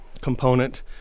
component